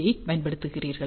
ஐப் பயன்படுத்துகிறீர்கள்